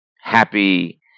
happy